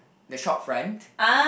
the short front